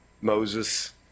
Moses